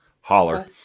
Holler